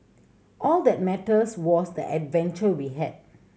all that matters was the adventure we had